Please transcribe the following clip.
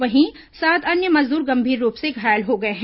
वहीं सात अन्य मजदूर गंभीर रूप से घायल हो गए हैं